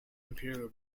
imperial